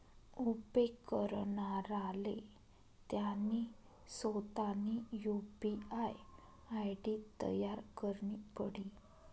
उपेग करणाराले त्यानी सोतानी यु.पी.आय आय.डी तयार करणी पडी